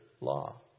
law